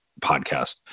podcast